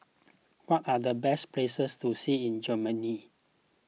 what are the best places to see in Germany